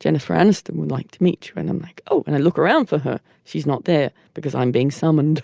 jennifer aniston would like to meet you and i'm like oh and i look around for her she's not there because i'm being summoned.